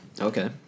Okay